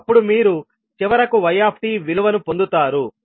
అప్పుడు మీరు చివరకు y విలువను పొందుతారు